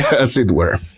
as it were.